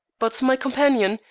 but my companion,